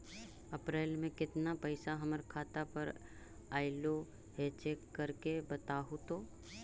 अप्रैल में केतना पैसा हमर खाता पर अएलो है चेक कर के बताहू तो?